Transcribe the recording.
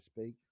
speak